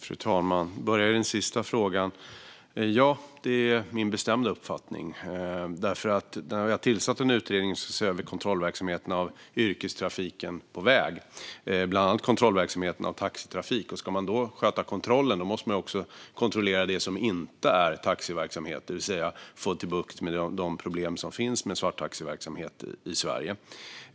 Fru talman! Jag börjar med den sista frågan. Ja, det är min bestämda uppfattning. Vi har tillsatt en utredning som ska se över kontrollverksamheten av yrkestrafiken på väg, bland annat kontrollverksamheten av taxitrafik. Ska man sköta den kontrollen måste man också kontrollera det som inte är taxiverksamhet, det vill säga få bukt med de problem som finns med svarttaxiverksamhet i Sverige.